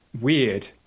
weird